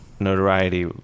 notoriety